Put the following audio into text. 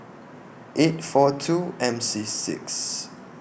eight four two M C six